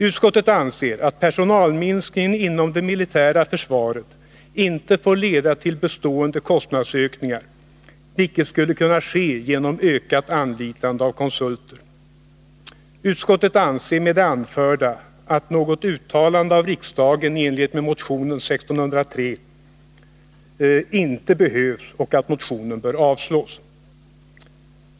Utskottet anser att personalminskningen inom det militära försvaret inte får leda till bestående kostnadsökningar, vilket skulle kunna ske genom ökat anlitande av konsulter. Utskottet anser med det anförda att något uttalande av riksdagen i enlighet med motion 1603 inte behövs och att motionen bör avslås.